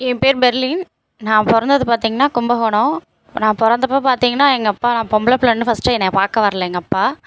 என் பேர் பெர்லின் நான் பிறந்தது பார்த்தீங்கன்னா கும்பகோணம் நான் பிறந்தப்ப பார்த்தீங்கன்னா எங்கள் அப்பா நான் பொம்பளை புள்ளைன்னு ஃபர்ஸ்ட்டு என்னை பார்க்க வரலை எங்கள் அப்பா